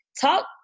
talk